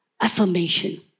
Affirmation